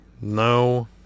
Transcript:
No